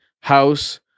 house